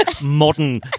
modern